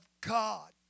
God